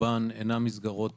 בית אקשטיין